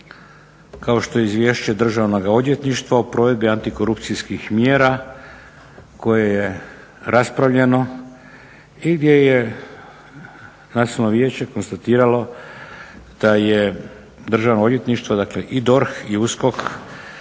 kao što je Izvješće Državnoga odvjetništva o provedbi antikorupcijskih mjera koje je raspravljeno i gdje je Nacionalno vijeće konstatiralo da je Državno odvjetništvo, dakle i DORH i USKOK